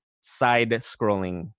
side-scrolling